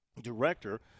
director